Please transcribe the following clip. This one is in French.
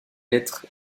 lettre